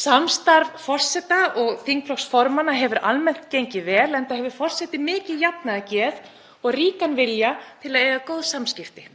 Samstarf forseta og þingflokksformanna hefur almennt gengið vel, enda hefur forseti mikið jafnaðargeð og ríkan vilja til að eiga góð samskipti.